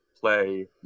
play